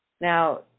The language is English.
Now